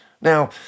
Now